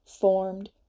formed